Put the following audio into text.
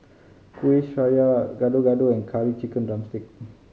Kueh Syara Gado Gado and Curry Chicken drumstick